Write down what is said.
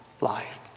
life